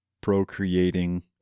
procreating